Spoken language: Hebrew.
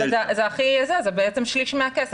זה בעצם שליש מהכסף,